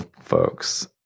folks